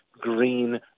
green